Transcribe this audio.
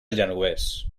genovés